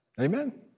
Amen